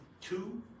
two